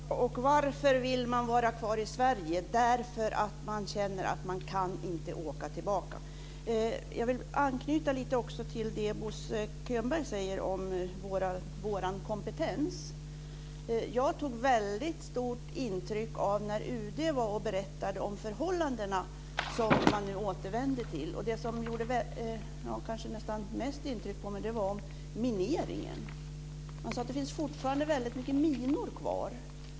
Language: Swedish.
Fru talman! Och varför vill man vara kvar i Sverige? Jo, det är därför att man känner att man inte kan åka tillbaka. Jag vill också anknyta lite till det Bo Könberg säger om vår kompetens. Jag tog väldigt stort intryck av det som UD berättade om de förhållanden som dessa människor nu återvänder till. Det som kanske gjorde mest intryck på mig var mineringen. Man sade att det fortfarande finns väldigt mycket minor kvar.